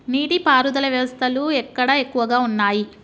నీటి పారుదల వ్యవస్థలు ఎక్కడ ఎక్కువగా ఉన్నాయి?